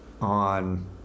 on